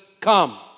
come